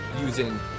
using